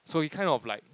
so he kind of like